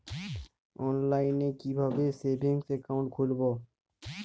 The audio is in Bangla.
অনলাইনে কিভাবে সেভিংস অ্যাকাউন্ট খুলবো?